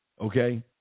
okay